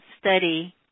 study